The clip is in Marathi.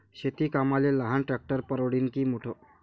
शेती कामाले लहान ट्रॅक्टर परवडीनं की मोठं?